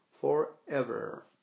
forever